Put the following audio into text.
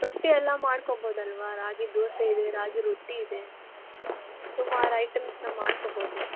ರೊಟ್ಟಿ ಎಲ್ಲ ಮಾಡ್ಕೊಬೋದಲ್ವಾ ರಾಗಿ ದೋಸೆ ಇದೆ ರಾಗಿ ರೊಟ್ಟಿ ಇದೆ ಸುಮಾರು ಐಟಮ್ಸನ್ನ ಮಾಡ್ಕೊಬೋದು